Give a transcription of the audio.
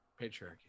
patriarchy